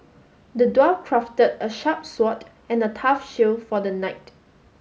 the dwarf crafted a sharp sword and a tough shield for the knight